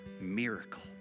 miracle